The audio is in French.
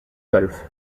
golf